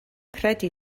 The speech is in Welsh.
credu